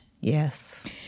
Yes